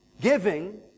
Giving